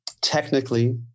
technically